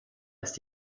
ist